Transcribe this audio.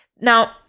Now